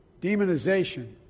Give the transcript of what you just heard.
demonization